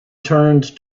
turned